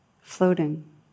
floating